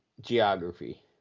Geography